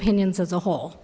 opinions as a whole